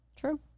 True